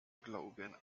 glauben